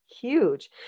huge